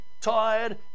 tired